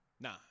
Nah